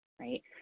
right